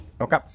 Okay